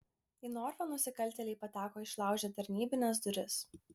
į norfą nusikaltėliai pateko išlaužę tarnybines duris